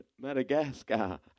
Madagascar